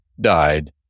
died